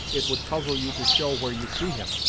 it would puzzle you to show where you see him!